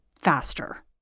faster